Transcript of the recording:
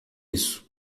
isso